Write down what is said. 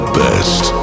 best